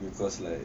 because like